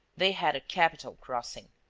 they had a capital crossing.